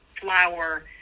flour